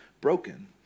broken